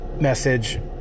message